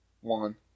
one